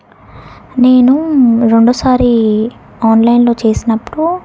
నేను రెండవసారి ఆన్లైన్లో చేసినప్పుడు